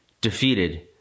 defeated